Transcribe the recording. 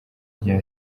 rya